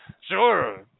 sure